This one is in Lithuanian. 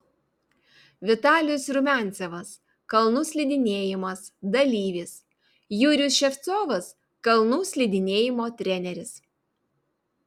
vitalijus rumiancevas kalnų slidinėjimas dalyvis jurijus ševcovas kalnų slidinėjimo treneris